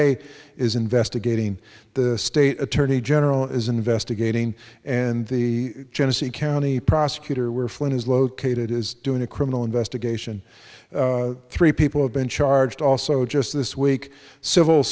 a is investigating the state attorney general is investigating and the genesee county prosecutor where flint is located is doing a criminal investigation three people have been charged also just this week civil